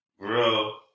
bro